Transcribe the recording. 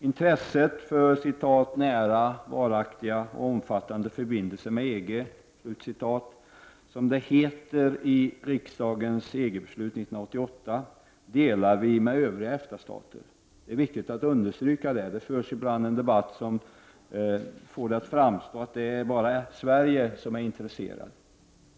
Intresset för ”nära, varaktiga och omfattande förbindelser med EG”, som det heter i riksdagens EG-beslut 1988, delar vi med övriga EFTA-stater.